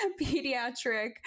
Pediatric